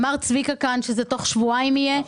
אמר צביקה כאן שתוך שבועיים יהיה.